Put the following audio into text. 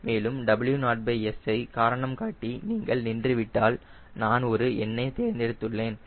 மேலும் W0S ஐ காரணம் காட்டி நீங்கள் நின்றுவிட்டால் நானொரு எண்ணை தேர்ந்தெடுத்துள்ளேன்